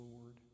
Lord